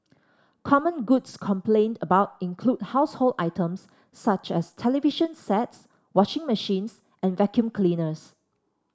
common goods complained about include household items such as television sets washing machines and vacuum cleaners